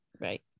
Right